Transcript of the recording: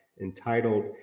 entitled